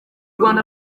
rwanda